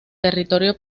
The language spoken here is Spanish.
territorio